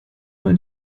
mein